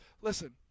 listen